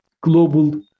global